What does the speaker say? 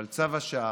אבל צו השעה